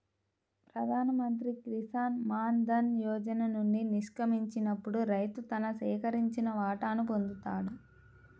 ప్రధాన్ మంత్రి కిసాన్ మాన్ ధన్ యోజన నుండి నిష్క్రమించినప్పుడు రైతు తన సేకరించిన వాటాను పొందుతాడు